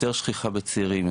יותר שכיחה בצעירים,